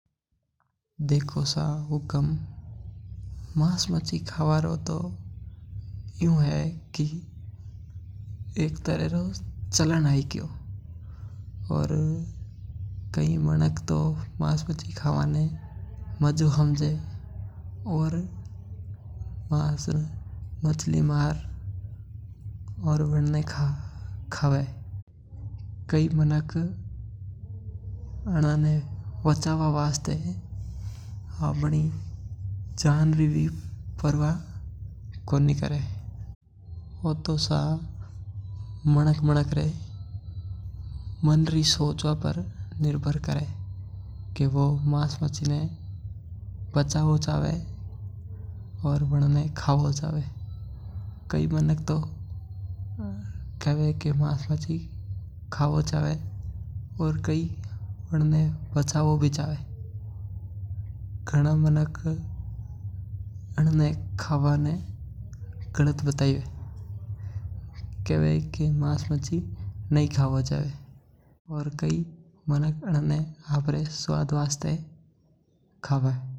देखो सा हुक्म मान्स माछी खावा रो तो इयू ह कि एक तरह रो चलन है गियो। कै मणक आना ने मार और खावे तो कै मणक बना ने वचावा हरु और जब तो भी परवाह कोनी करे। आ तो सा मंका रो सोच पर निर्भर करे घणा मंका आना ने खवणो सही समझे और घणा गलत समझे। माछळिया आपणे जीवन हरु भी बहुत महत्त्वपूर्ण है।